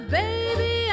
baby